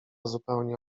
zupełnie